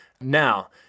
Now